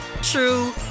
true